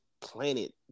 planet